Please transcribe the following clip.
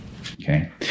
okay